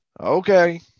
Okay